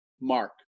Mark